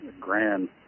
grand